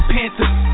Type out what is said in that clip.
Panthers